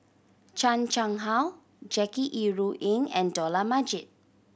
Chan Chang How Jackie Yi Ru Ying and Dollah Majid